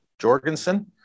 Jorgensen